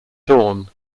dawn